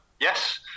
yes